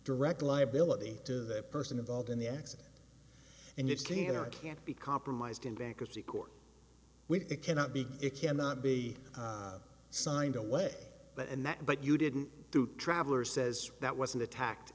direct liability to the person involved in the accident and it can or can't be compromised in bankruptcy court which it cannot be it cannot be signed away but and that but you didn't do travelers says that wasn't attacked